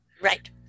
Right